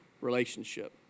relationship